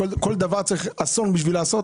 כל דבר צריך אסון בשביל לעשות?